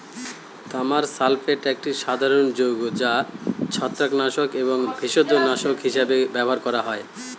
তামার সালফেট একটি সাধারণ যৌগ যা ছত্রাকনাশক এবং ভেষজনাশক হিসাবে ব্যবহার করা হয়